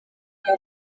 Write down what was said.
bwa